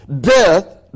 Death